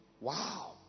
Wow